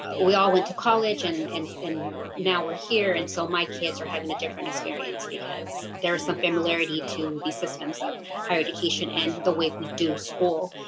we all went to college and and and now we're here and so now my kids are having a different experience because there's some familiarity to the systems of higher education and the way we do school.